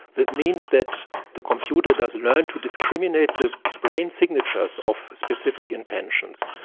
this means that the computer does learn to discriminate the brain signatures of specific intentions.